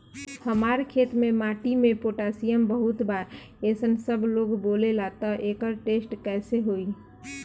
हमार खेत के माटी मे पोटासियम बहुत बा ऐसन सबलोग बोलेला त एकर टेस्ट कैसे होई?